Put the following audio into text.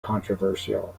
controversial